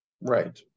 right